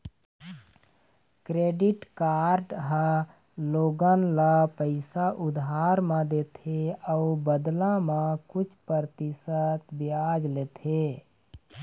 credit card ह लोगन ल पइसा उधार म देथे अउ बदला म कुछ परतिसत बियाज लेथे